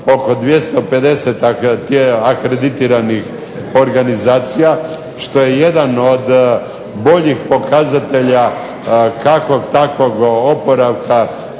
oko 250 akreditiranih organizacija što je jedan od boljih pokazatelja kakvog takvog oporavka